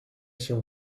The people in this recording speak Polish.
się